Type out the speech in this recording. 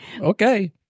Okay